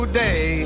day